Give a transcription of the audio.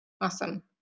awesome